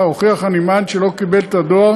הנמען שלא קיבל את הדואר